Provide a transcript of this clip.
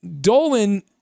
Dolan